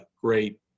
great